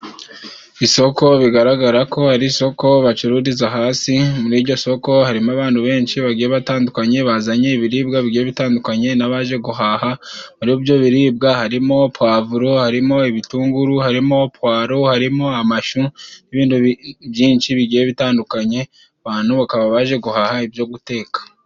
Isoko bigaragara ko ari isoko bacururiza hasi，muri iryo soko harimo abantu benshi bagiye batandukanye，bazanye ibiribwa bigiye bitandukanye， n'abaje guhaha muri ibyo biribwa harimo pavuro， harimo ibitunguru， harimo puwaro， harimo amashu n'ibindi byinshi bigiye bitandukanye， abantu bakaba baje guhaha ibyo guteka.